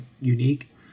unique